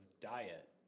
diet